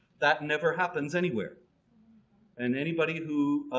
that never happens anywhere and anybody who